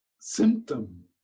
symptom